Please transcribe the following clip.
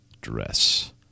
dress